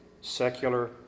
secular